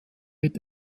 mit